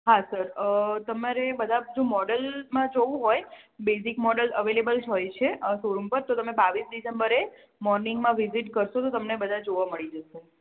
હાં સર તમારે બધા મોડલમાં જોવું હોય બેઝિક મોડલ અવેલેબલ જ હોય છે શોરૂમ પર તો તમે બાર ડિસેમ્બરે મોર્નિંગમાં વિઝિટ કરશો તો તમને બધા જોવા મળી જશે